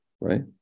Right